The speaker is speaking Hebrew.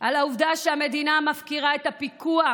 על העובדה שהמדינה מפקירה את הפיקוח